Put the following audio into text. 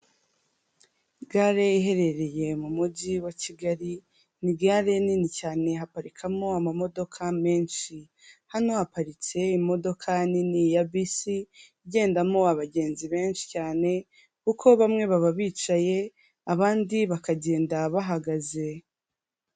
Gare iherereye mu mujyi wa kigali ni gare nini cyane haparikamo amamodoka menshi hano haparitse imodoka nini ya bisi igendamo abagenzi benshi cyane, kuko bamwe baba bicaye abandi bakagenda bahagaze.